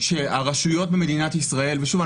שהרשויות במדינת ישראל ושוב,